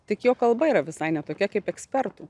tik jo kalba yra visai ne tokia kaip ekspertų